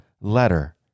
letter